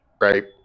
Right